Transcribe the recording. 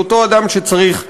לאותו אדם שצריך עזרה.